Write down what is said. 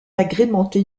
agrémenté